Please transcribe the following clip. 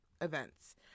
events